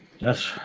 Yes